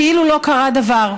כאילו לא קרה דבר.